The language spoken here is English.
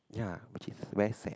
ya which is very sad